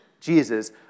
Jesus